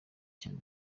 cyane